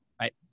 right